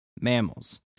mammals